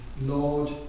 Lord